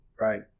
right